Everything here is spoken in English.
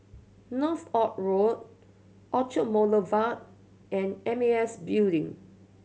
Northolt Road Orchard Boulevard and M A S Building